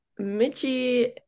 Mitchie